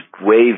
Wave